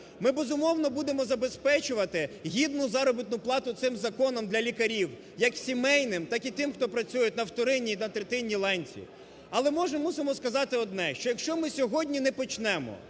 Ми, безумовно, будемо забезпечувати гідну заробітну плату цим законом для лікарів, як сімейним так і тим, хто працюють на вторинній і на третинній ланці. Але мусимо сказати одне, що якщо ми сьогодні не почнемо,